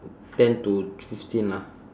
ten to fifteen lah